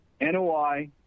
NOI